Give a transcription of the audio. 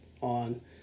on